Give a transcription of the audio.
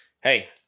hey